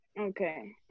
Okay